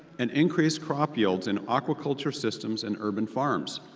and increased crop yields in aquaculture systems and urban farms.